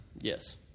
Yes